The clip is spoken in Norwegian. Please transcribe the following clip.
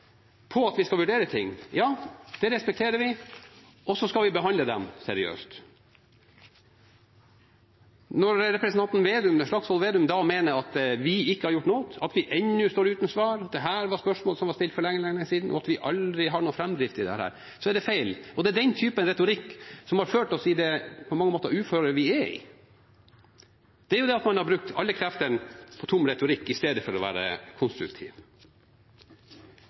at vi skal vurdere ting, respekterer vi, og så skal vi behandle dem seriøst. Når representanten Slagsvold Vedum mener at vi ikke har gjort noe, at vi ennå står uten svar, at dette er spørsmål som er stilt for lenge siden, og at vi aldri har hatt noen framdrift i dette, er det feil. Det er den typen retorikk som har ført oss inn i det – på mange måter – uføret vi er i. Man har brukt alle kreftene på tom retorikk i stedet for å være